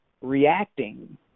reacting